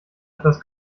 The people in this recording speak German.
etwas